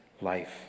life